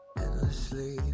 endlessly